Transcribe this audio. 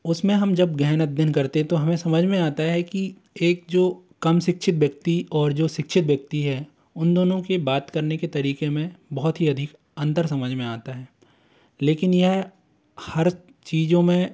उसमें हम जब गहन अध्ययन करते तो हमें समझ में आता है कि एक जो कम शिक्षित व्यक्ति और जो शिक्षित व्यक्ति है उन दोनों की बात करने के तरीके में बहुत ही अधिक अंतर समझ में आता है लेकिन यह हर चीज़ों में